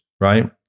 right